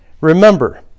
Remember